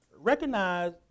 Recognize